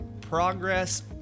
progress